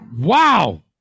Wow